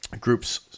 groups